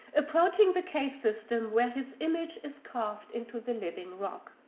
approaching the cave system where his image is carved into the living rock.